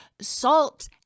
salt